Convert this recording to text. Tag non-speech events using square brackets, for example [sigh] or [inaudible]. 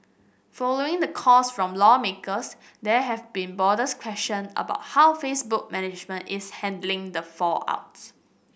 following the calls from lawmakers there have been broader [unintelligible] question about how Facebook management is handling the fallout